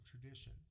tradition